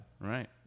right